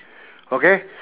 okay